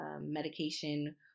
medication